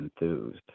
enthused